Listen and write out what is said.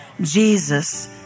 Jesus